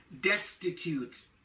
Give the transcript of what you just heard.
destitute